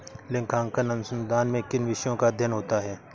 लेखांकन अनुसंधान में किन विषयों का अध्ययन होता है?